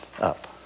up